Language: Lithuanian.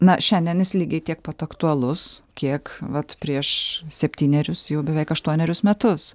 na šiandien jis lygiai tiek pat aktualus kiek vat prieš septynerius jau beveik aštuonerius metus